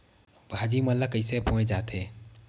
भाजी मन ला कइसे बोए जाथे?